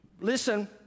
Listen